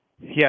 Yes